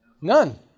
None